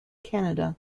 canada